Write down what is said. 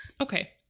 Okay